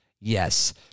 Yes